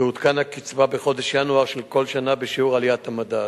תעודכן הקצבה בחודש ינואר של כל שנה בשיעור עליית המדד.